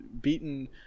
beaten